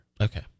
Okay